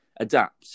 adapt